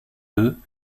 eux